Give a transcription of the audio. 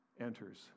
enters